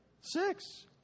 six